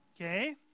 Okay